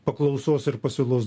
paklausos ir pasiūlos